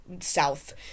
south